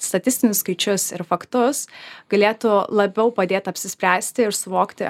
statistinius skaičius ir faktus galėtų labiau padėt apsispręsti ir suvokti